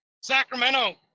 Sacramento